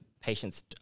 patients